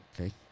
Okay